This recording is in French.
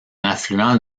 affluent